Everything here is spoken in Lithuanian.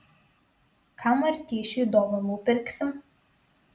ką martyšiui dovanų pirksim